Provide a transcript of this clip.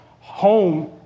home